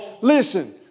Listen